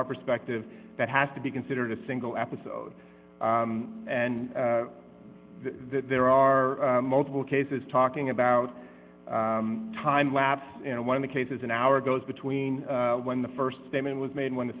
our perspective that has to be considered a single episode and there are multiple cases talking about time lapse and one of the cases an hour goes between when the st statement was made when the